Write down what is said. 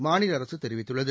மாநில அரசு தெரிவித்துள்ளது